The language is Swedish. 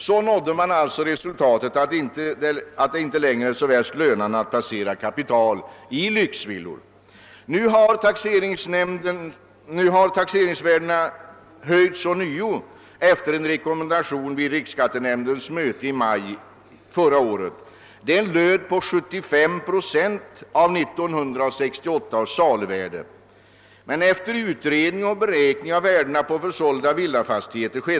Så nådde man alltså resultatet att det inte längre är särskilt lönande att placera kapital i lyxvillor. Nu har taxeringsvärdena ånyo höjts efter en rekommendation vid riksskattenämndens möte i maj förra året. Nämnden rekommenderade en höjning till 75 procent av 1968 års saluvärde. Det skedde efter utredning och beräkning av värdena på försålda villafastigheter.